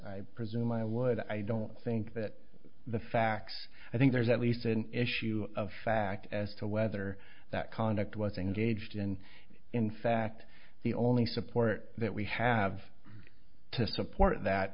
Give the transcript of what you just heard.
presume i would i don't think that the facts i think there's at least an issue of fact as to whether that conduct was engaged in in fact the only support that we have to support that